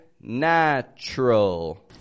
Natural